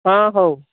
ହଁ ହଉ